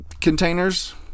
containers